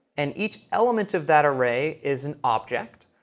and each element of that array is an object.